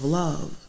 love